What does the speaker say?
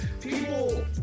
people